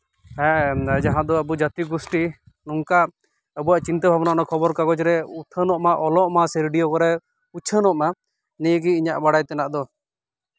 ᱦᱮᱸ ᱡᱟᱦᱟᱸ ᱫᱚ ᱟᱵᱚ ᱡᱟᱹᱛᱤ ᱜᱩᱥᱴᱤ ᱱᱚᱝᱠᱟ ᱟᱵᱚᱣᱟᱜ ᱪᱤᱱᱛᱟᱹ ᱵᱷᱟᱵᱽᱱᱟ ᱚᱱᱟ ᱠᱷᱚᱵᱚᱨ ᱠᱟᱜᱚᱡᱽ ᱨᱮ ᱩᱪᱷᱟᱹᱱᱚᱜ ᱢᱟ ᱥᱮ ᱚᱞᱚᱜ ᱢᱟ ᱥᱮ ᱨᱮᱰᱤᱭᱚ ᱠᱚᱨᱮᱜ ᱩᱪᱷᱟᱹᱱᱚᱜ ᱢᱟ ᱱᱤᱭᱟᱹ ᱜᱮ ᱤᱧᱟᱹᱜ ᱵᱟᱲᱟᱭ ᱛᱮᱱᱟᱜ ᱫᱚ